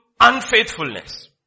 unfaithfulness